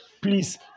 Please